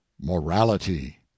morality